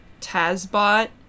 Tazbot